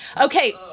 Okay